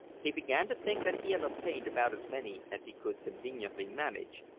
he began to think that he had obtained about as many as he could conveniently manage,